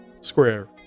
Square